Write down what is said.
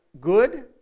good